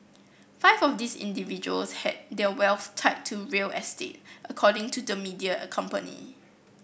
five of these individuals had their wealth tied to real estate according to the media a company